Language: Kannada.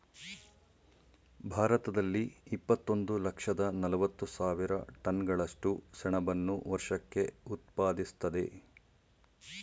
ಭಾರತದಲ್ಲಿ ಇಪ್ಪತ್ತೊಂದು ಲಕ್ಷದ ನಲವತ್ತು ಸಾವಿರ ಟನ್ಗಳಷ್ಟು ಸೆಣಬನ್ನು ವರ್ಷಕ್ಕೆ ಉತ್ಪಾದಿಸ್ತದೆ